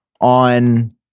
on